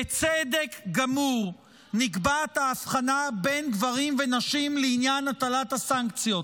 בצדק גמור נקבעת ההבחנה בין גברים לנשים לעניין הטלת הסנקציות.